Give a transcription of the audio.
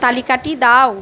তালিকাটি দাও